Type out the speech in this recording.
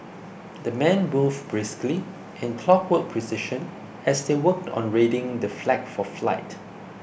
the men moved briskly in clockwork precision as they worked on readying the flag for flight